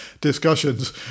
discussions